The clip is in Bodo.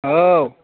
औ